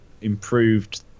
improved